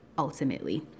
ultimately